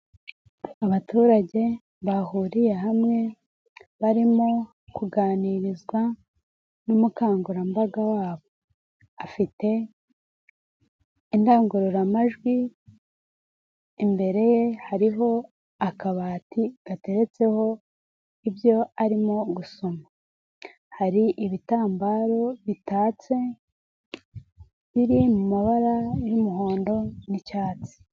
Abaturage bahuriye hamwe barimo kuganirizwa n'umukangurambaga wabo. Afite indangururamajwi, imbere ye hariho akabati gateretseho ibyo arimo gusoma. Hari ibitambaro bitatse, biri mu mabara y'umuhondo n'icyatsi.